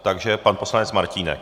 Takže pan poslanec Martínek.